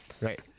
Right